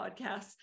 podcasts